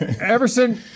Everson